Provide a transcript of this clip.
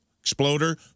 Exploder